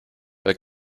but